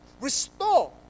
restore